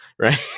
right